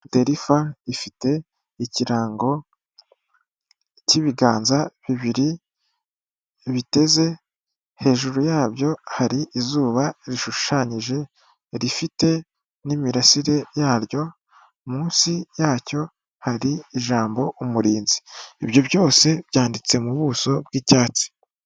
Terifa ifite ikirango cy'ibiganza bibiri biteze, hejuru yabyo hari izuba rishushanyije rifite n'imirasire yaryo, munsi yacyo hari ijambo umurinzi. Ibyo byose byanditse mu buso bw'icyatsi.